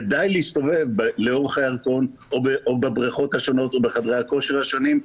ודי להסתובב לאורך הירקון או בבריכות השונות או בחדרי הכושר השונים,